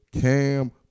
Cam